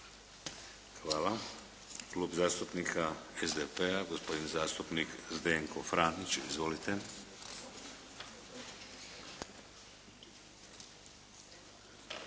Hvala. Klub zastupnika SDP-a, gospodin zastupnik Zdenko Franić. Izvolite.